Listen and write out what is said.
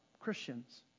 Christians